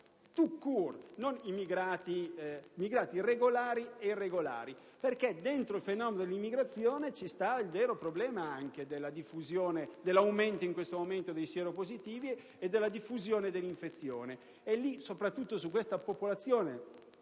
court*, regolari e irregolari, perché dentro il fenomeno dell'immigrazione risiede il vero problema dell'attuale aumento dei sieropositivi e della diffusione dell'infezione, soprattutto tra questa popolazione